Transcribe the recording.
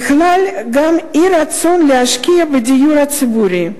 נכלל גם אי-רצון להשקיע בדיור הציבורי.